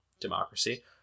democracy